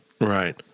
Right